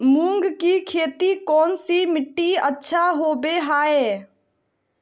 मूंग की खेती कौन सी मिट्टी अच्छा होबो हाय?